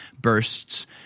bursts